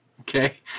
Okay